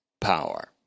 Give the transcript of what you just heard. power